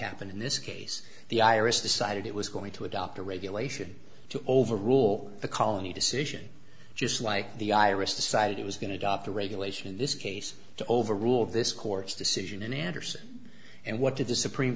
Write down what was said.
happened in this case the irish decided it was going to adopt a regulation to overrule the colony decision just like the irish decided it was going to drop the regulation in this case to overrule this court's decision in andersen and what did the supreme